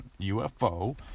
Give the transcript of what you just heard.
UFO